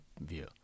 view